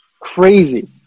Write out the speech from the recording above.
crazy